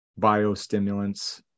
biostimulants